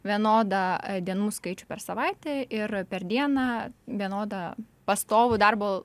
vienodą dienų skaičių per savaitę ir per dieną vienodą pastovų darbo